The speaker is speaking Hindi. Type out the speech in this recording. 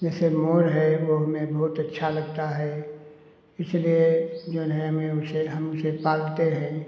जैसे मोर है वो हमें बहुत अच्छा लगता है इसलिए जऊन है हमें उसे हम उसे पालते हैं